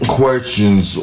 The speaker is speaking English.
questions